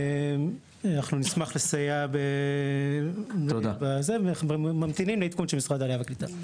אנחנו נשמח לסייע בכל ואנחנו ממתינים לעדכון של משרד העלייה והקליטה.